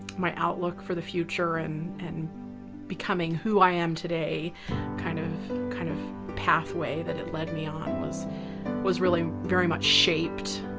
my outlook for the future and and becoming who i am today kind of kind of pathway that had led me on was was really very much shaped